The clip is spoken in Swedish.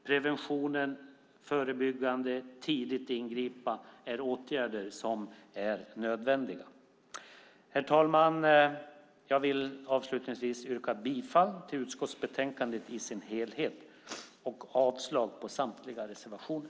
Prevention, ett förebyggande och ett tidigt ingripande är åtgärder som är nödvändiga. Herr talman! Jag yrkar bifall till förslaget i utskottsbetänkandet och avslag på samtliga reservationer.